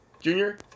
Junior